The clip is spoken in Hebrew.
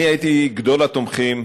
אני הייתי גדול התומכים,